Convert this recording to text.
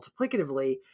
multiplicatively